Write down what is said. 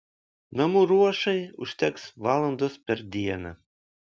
namų ruošai užteks valandos per dieną